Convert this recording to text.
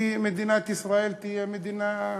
מדינת ישראל תהיה מדינה,